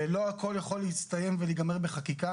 ולא הכול יכול להסתיים ולהיגמר בחקיקה.